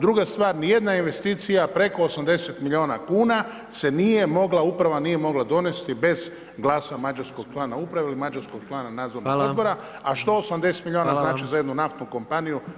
Druga stvar, ni jedna investicija preko 80 miliona kuna se nije mogla, uprava nije mogla donijeti bez glasa mađarskog člana uprave ili mađarskog člana nadzornog odbora, a što 80 miliona znači za jednu naftnu kompaniju.